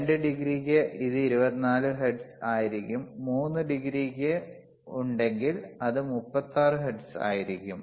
2 ഡിഗ്രിക്ക് ഇത് 24 ഹെർട്സ് ആയിരിക്കും 3 ഡിഗ്രി ഉണ്ടെങ്കിൽ അത് 36 ഹെർട്സ് ആയിരിക്കും